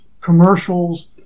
commercials